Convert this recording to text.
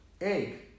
egg